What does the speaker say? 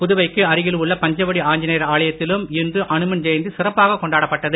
புதுவைக்கு அருகில் உள்ள பஞ்சவடி ஆஞ்சனேயர் ஆலயத்திலும் இன்று அனுமன் ஜெயந்தி சிறப்பாக கொண்டாடப்பட்டது